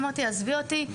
אני אמרתי לה שתעזוב אותי,